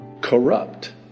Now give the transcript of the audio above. corrupt